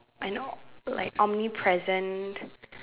I know like omnipresent